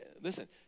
Listen